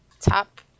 top